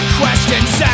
questions